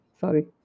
Sorry